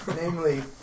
Namely